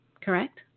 correct